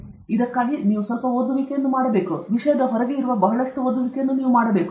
ಆದ್ದರಿಂದ ಇದಕ್ಕಾಗಿ ನೀವು ಸ್ವಲ್ಪ ಓದುವಿಕೆಯನ್ನು ಮಾಡಬೇಕು ನಿಮ್ಮ ವಿಷಯದ ಹೊರಗೆ ಇರುವ ಬಹಳಷ್ಟು ಓದುವಿಕೆಯನ್ನು ನೀವು ಮಾಡಬೇಕು